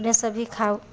आओर अपने सब्जी खाउ